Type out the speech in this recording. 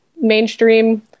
mainstream